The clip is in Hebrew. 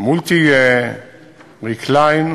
Babystart Multi-Recline,